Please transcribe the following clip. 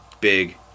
big